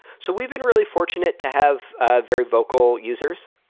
so we've been really fortunate to have ah very vocal users,